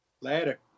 Later